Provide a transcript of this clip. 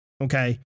Okay